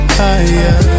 higher